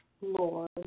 lord